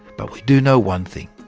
but we do know one thing.